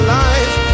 life